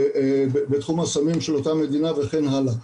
בתחום הסמים של אותה מדינה וכן הלאה.